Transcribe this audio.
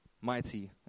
mighty